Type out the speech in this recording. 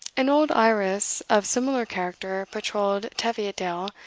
an old irus of similar character patrolled teviotdale,